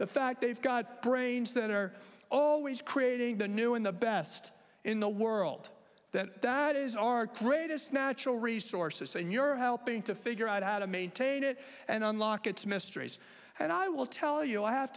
the fact they've got brains that are always creating the new in the best in the world that that is our courageous natural resources and you're helping to figure out how to maintain it and unlock its mysteries and i will tell you i have